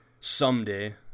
someday